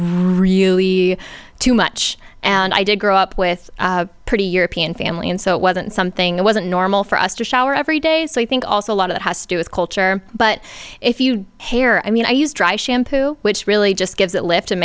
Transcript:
really too much and i did grow up with a pretty european family and so it wasn't something wasn't normal for us to shower every day so i think also a lot of it has to do with culture but if you hair i mean i use dry shampoo which really just gives it lift